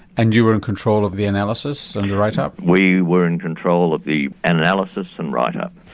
and you were in control of the analysis and the write-up? we were in control of the and analysis and write-up.